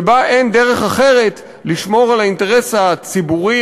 שבה אין דרך אחרת לשמור על האינטרס הציבורי